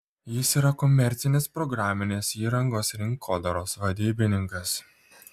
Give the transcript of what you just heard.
jis yra komercinės programinės įrangos rinkodaros vadybininkas